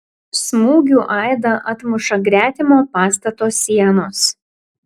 smūgių aidą atmuša gretimo pastato sienos